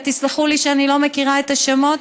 ותסלחו לי שאני לא מכירה את השמות,